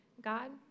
God